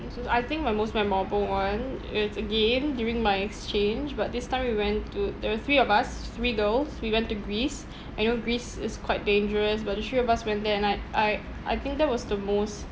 I think my most memorable one is again during my exchange but this time we went to there were three of us three girls we went to greece you know greece is quite dangerous but the three of us went there and I I I think that was the most